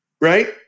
right